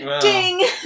Ding